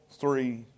three